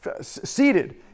Seated